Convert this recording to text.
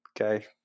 Okay